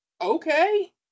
Okay